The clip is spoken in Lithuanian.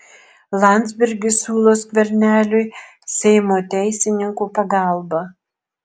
landsbergis siūlo skverneliui seimo teisininkų pagalbą